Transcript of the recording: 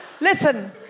Listen